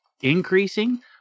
increasing